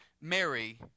Mary